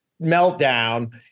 meltdown